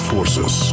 forces